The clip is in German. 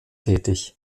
tätig